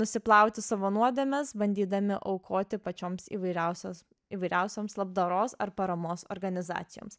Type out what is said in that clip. nusiplauti savo nuodėmes bandydami aukoti pačioms įvairiausios įvairiausioms labdaros ar paramos organizacijoms